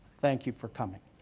thank you for coming.